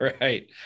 Right